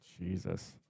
Jesus